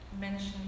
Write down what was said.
mention